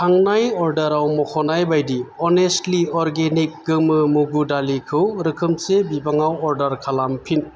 थांनाय अर्डाराव मुंख'नाय बायदि अनेस्टलि अर्गेनिक गोमो मुगु दालिखौ रोखोमसे बिबाङाव अर्डार खालामफिन